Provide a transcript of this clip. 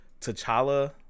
T'Challa